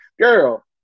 Girl